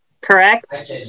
Correct